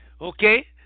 okay